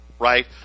Right